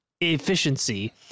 efficiency